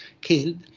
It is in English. killed